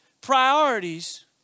Priorities